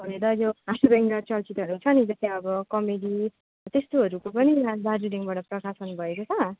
छोडेर हाँस्यब्यङ्ग्य चलचित्रहरू छ नि जस्तै अब कमेडी त्यस्तोहरूको पनि यहाँ दार्जिलिङबाट प्रकाशन भएको छ